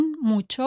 mucho